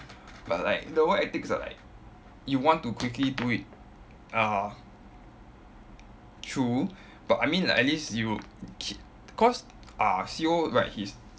but like the work ethics are like you want to quickly do it uh true but I mean like at least you k~ cause uh C_O right his